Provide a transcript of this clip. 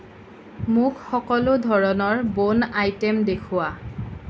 মোক সকলো ধৰণৰ বোন আইটে'ম দেখুওৱা